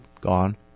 gone